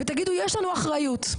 ותגידו יש לנו אחריות,